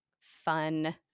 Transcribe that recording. fun